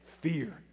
fear